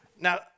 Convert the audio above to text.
Now